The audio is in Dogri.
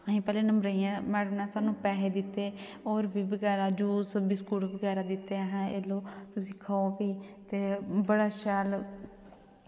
असें पैह्ले नंबर 'र हियां मैडम ने सानूं पैसे दित्ते होर बी बगैरा जूस बिस्कुट बगैरा दित्ते अहें एह् लो तुसी खाओ ते बड़ा शैल